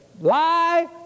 Lie